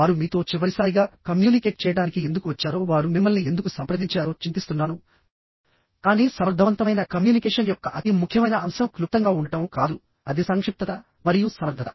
వారు మీతో చివరిసారిగా కమ్యూనికేట్ చేయడానికి ఎందుకు వచ్చారో వారు మిమ్మల్ని ఎందుకు సంప్రదించారో చింతిస్తున్నాను కానీ సమర్థవంతమైన కమ్యూనికేషన్ యొక్క అతి ముఖ్యమైన అంశం క్లుప్తంగా ఉండటం కాదు అది సంక్షిప్తత మరియు సమర్థత